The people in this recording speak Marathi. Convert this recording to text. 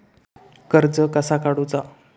कर्ज कसा काडूचा?